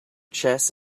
chess